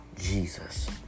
Jesus